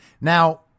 now